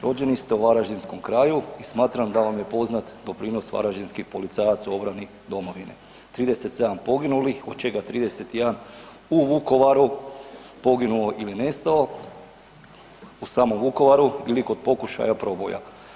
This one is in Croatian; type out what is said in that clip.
Rođeni ste u varaždinskom kraju i smatram da vam je poznat doprinos varaždinskih policajaca u obrani domovine, 37 poginulih od čega 31 u Vukovaru poginuo ili nestao, u samom Vukovaru ili kod pokušaja proboja.